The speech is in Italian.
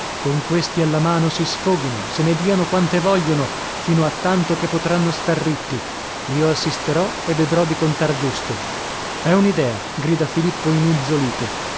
con questi alla mano si sfoghino se ne diano quante vogliono fino a tanto che potranno star ritti io assisterò e vedrò di contar giusto è un'idea grida filippo inuzzolito